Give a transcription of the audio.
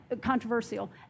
controversial